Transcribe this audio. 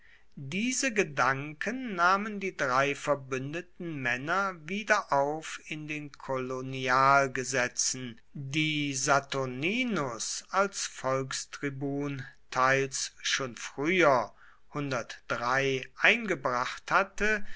diese gedanken nahmen die drei verbündeten männer wieder auf in den kolonialgesetzen die saturninus als volkstribun teils schon früher eingebracht hatte